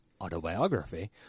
Autobiography